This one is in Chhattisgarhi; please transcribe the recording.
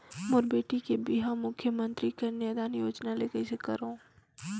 मोर बेटी के बिहाव मुख्यमंतरी कन्यादान योजना ले कइसे करव?